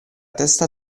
testa